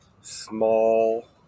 small